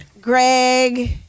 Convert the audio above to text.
Greg